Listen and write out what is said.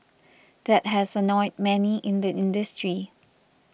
that has annoyed many in the industry